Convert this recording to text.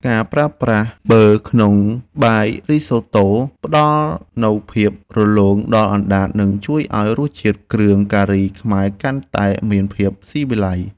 ការប្រើប្រាស់ប៊ឺក្នុងបាយរីសូតូផ្តល់នូវភាពរលោងដល់អណ្តាតនិងជួយឱ្យរសជាតិគ្រឿងការីខ្មែរកាន់តែមានភាពស៊ីវិល័យ។